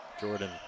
Jordan